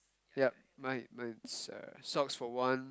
yup mine mine socks for one